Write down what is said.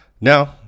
Now